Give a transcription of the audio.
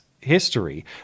history